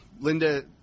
Linda –